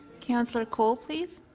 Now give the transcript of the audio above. counsellor kole, please.